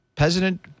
President